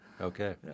Okay